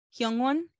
Hyungwon